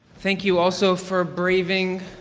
thank you also for braving,